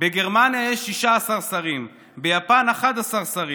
בגרמניה יש 16 שרים, "ביפן, 11 שרים,